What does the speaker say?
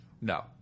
No